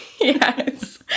Yes